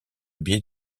biais